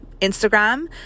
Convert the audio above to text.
Instagram